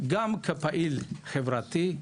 גם כפעיל חברתי.